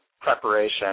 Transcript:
preparation